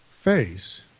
Face